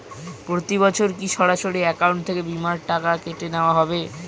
প্রতি বছর কি সরাসরি অ্যাকাউন্ট থেকে বীমার টাকা কেটে নেওয়া হবে?